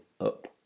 up